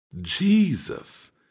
Jesus